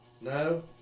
No